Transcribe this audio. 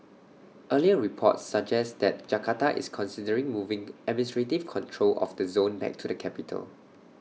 earlier reports suggest that Jakarta is considering moving administrative control of the zone back to the capital